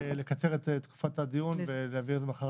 לקצר את תקופת הדיון ולהעביר את זה מחר.